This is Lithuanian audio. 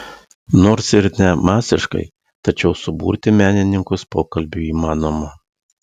nors ir ne masiškai tačiau suburti menininkus pokalbiui įmanoma